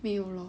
没有 lor